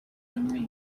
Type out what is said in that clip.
dinner